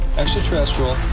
extraterrestrial